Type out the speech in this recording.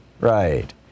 right